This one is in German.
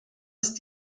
ist